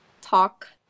talk